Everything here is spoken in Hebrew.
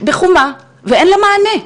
ואין לה מענה.